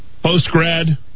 Post-grad